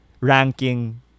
ranking